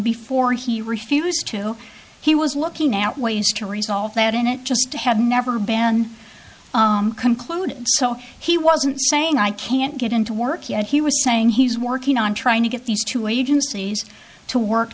before he refused to he was looking at ways to resolve that in it just to have never banned conclude so he wasn't saying i can't get into work yet he was saying he's working on trying to get these two agencies to work